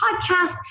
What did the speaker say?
podcast